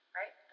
right